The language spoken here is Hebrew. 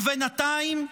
ובינתיים,